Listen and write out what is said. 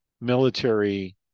military